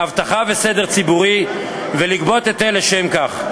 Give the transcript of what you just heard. אבטחה וסדר ציבורי ולגבות היטל לשם כך.